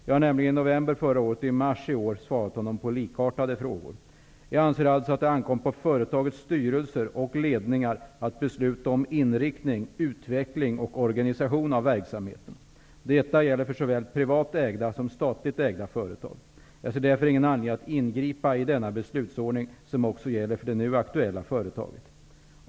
Jag har nämligen i november förra året och i mars i år svarat honom på likartade frågor. Jag anser alltså att det ankommer på företagens styrelser och ledningar att besluta om inriktning, utveckling och organisation av verksamheten. Detta gäller för såväl privat ägda som statligt ägda företag. Jag ser därför ingen anledning att ingripa i denna beslutsordning, som också gäller för det nu aktuella företaget.